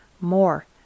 more